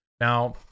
Now